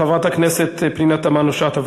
חברת הכנסת פנינה תמנו-שטה,